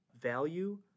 value